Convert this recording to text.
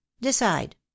decide